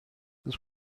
this